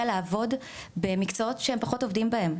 לעבוד במקצועות שהם פחות עובדים בהם,